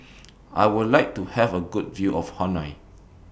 I Would like to Have A Good View of Hanoi